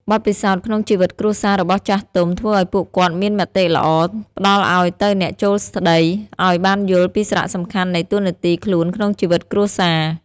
បទពិសោធន៍ក្នុងជីវិតគ្រួសាររបស់ចាស់ទុំ ធ្វើឲ្យពួកគាត់មានមតិល្អ ផ្តល់ឲ្យទៅអ្នកចូលស្តី ឲ្យបានយល់ពីសារៈសំខាន់នៃតួនាទីខ្លួនក្នុងជីវិតគ្រួសារ។